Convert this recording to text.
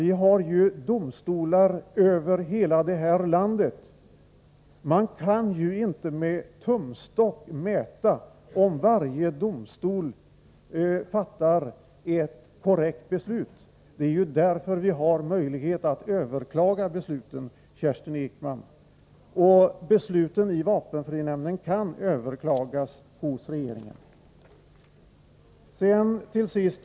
Vi har domstolar över hela detta land, och man kan inte med tumstock mäta om varje enskild domstol fattar ett korrekt beslut. Därför finns möjligheten att överklaga besluten, Kerstin Ekman, och besluten i vapenfrinämnden kan överklagas hos regeringen. Herr talman!